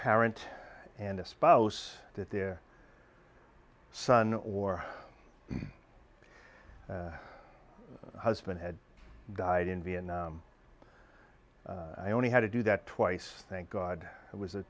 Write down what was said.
parent and a spouse that their son or husband had died in vietnam i only had to do that twice thank god it was a